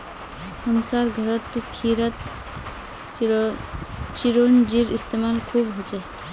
हमसार घरत खीरत चिरौंजीर इस्तेमाल खूब हछेक